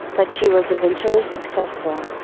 but she was eventually successful.